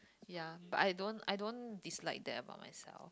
ya but I don't I don't dislike that about myself